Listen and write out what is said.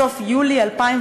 סוף יולי 2011,